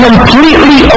completely